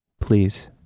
Please